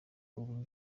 ubu